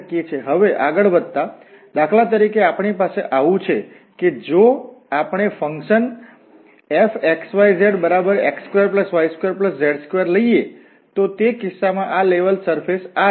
હવે આગળ વધતા દાખલા તરીકે આપણી પાસે આવું છે કે જો આપણેફંકશન fxyz બરાબર x2y2z2 લઈએ તો તે કિસ્સામાં લેવલ સરફેશ આ છે